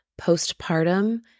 postpartum